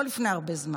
לא לפני הרבה זמן,